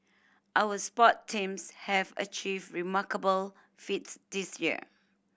our sport teams have achieved remarkable feats this year